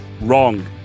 Wrong